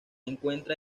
encuentra